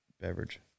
beverage